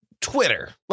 Twitter